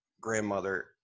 grandmother